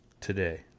today